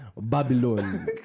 Babylon